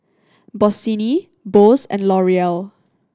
Bossini Bose and L'Oreal